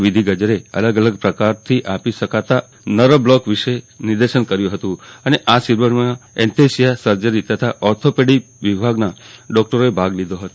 વિધિ ગજ્જરે અલગ અલગ પ્રકારથી આપી શકાતા નર્વબ્લોક વિશે નિદર્શન કર્યું હતું અને આ શિબિરમાં એનેસ્થેસિયા સર્જરી તથા ઓર્થોપેડિક વિભાગના તમામ ડોકટરોએ ભાગ લીધો હતો